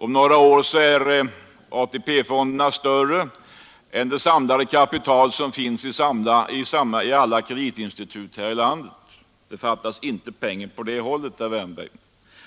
Om några år är ATP-fonderna större än det samlade kapital som finns i alla kreditinstitut här i landet. Det fattas inte pengar på det hållet, herr Wärnberg.